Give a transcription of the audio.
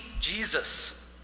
Jesus